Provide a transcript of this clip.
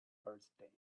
birthday